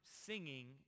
singing